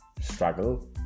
struggle